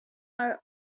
are